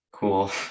cool